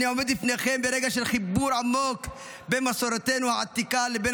אני עומד בפניכם ברגע של חיבור עמוק בין מסורתנו העתיקה לבין